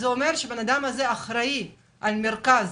זה אומר שהבן אדם הזה אחראי על המרכז,